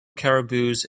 caribous